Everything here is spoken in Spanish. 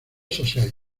society